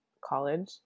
college